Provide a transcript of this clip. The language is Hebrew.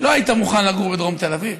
לא היית מוכן לגור בדרום תל אביב.